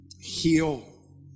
heal